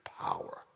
power